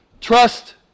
Trust